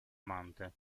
amante